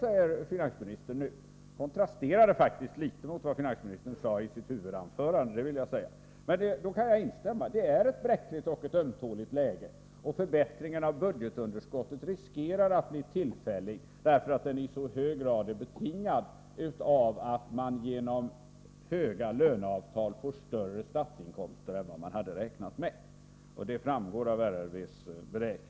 Detta kontrasterar faktiskt mot vad finansministern sade i sitt huvudanförande. Men jag kan instämma. Det är ett bräckligt och ömtåligt läge, och förbättringen av budgetunderskottet riskerar att bli tillfällig därför att den i så hög grad är betingad av att man genom höga löneavtal får högre statsinkomster än vad man hade räknat med. Detta framgår av riksrevisionsverkets beräkning.